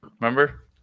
Remember